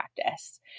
practice